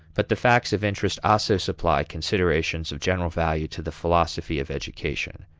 but the facts of interest also supply considerations of general value to the philosophy of education.